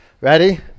Ready